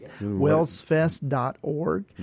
wellsfest.org